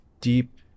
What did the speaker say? deep